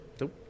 Nope